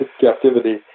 captivity